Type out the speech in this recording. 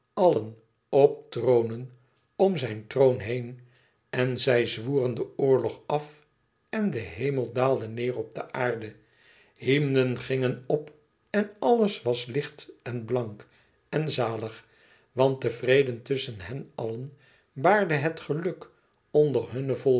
allen op tronen om zijn troon heen en zij zwoeren den oorlog af en de hemel daalde neêr op de aarde hymnen gingen op en alles was licht en blank en zalig want de vrede tusschen hen allen baarde het geluk onder hunne